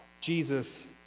Jesus